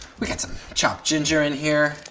we got some chopped ginger in here,